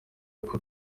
uko